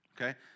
Okay